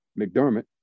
McDermott